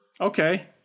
Okay